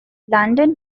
london